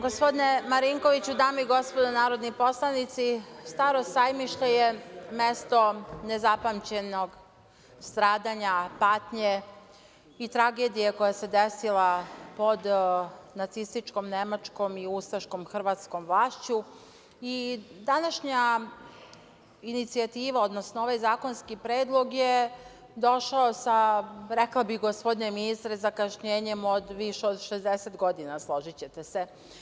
Gospodine Marinkoviću, dame i gospodo narodni poslanici, Staro Sajmište je mesto nezapamćenog stradanja, patnje i tragedije koja se desila pod nacističkom Nemačkom i ustaškom Hrvatskom vlašću i današnja inicijativa, odnosno ovaj zakonski predlog je došao sa, rekao bih, gospodine ministre, zakašnjenjem od više od 60 godina, složićete se.